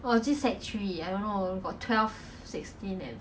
like considered connected it's like the parade square